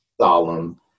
solemn